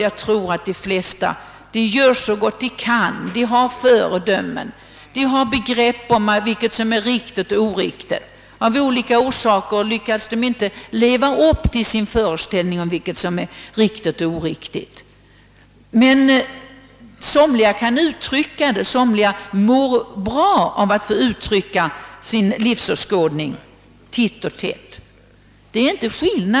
Jag tror att de flesta gör så gott de kan; de har föredömen, de har begrepp om vad som är riktigt och vad som är oriktigt. Av olika skäl lyckas de inte leva upp till sin föreställning om vad som är riktigt. Somliga kan uttrycka sin livsåskådning och mår bra av att få göra det titt och tätt, andra kan det inte.